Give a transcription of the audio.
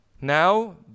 Now